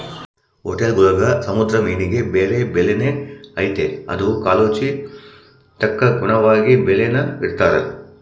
ಹೊಟೇಲ್ಗುಳಾಗ ಸಮುದ್ರ ಮೀನಿಗೆ ಬ್ಯಾರೆ ಬೆಲೆನೇ ಐತೆ ಅದು ಕಾಲೋಚಿತಕ್ಕನುಗುಣವಾಗಿ ಬೆಲೇನ ಇಡ್ತಾರ